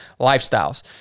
lifestyles